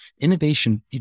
innovation